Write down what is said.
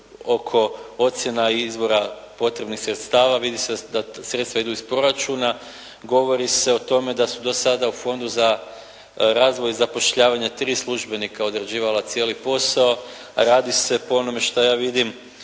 oko ocjena izvora potrebnih sredstava, vidi se da sredstva idu iz proračuna. Govori se o tome da su do sada u Fondu za razvoj i zapošljavanje tri službenika odrađivala cijeli posao, a radi se po onome što ja vidim